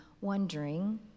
wondering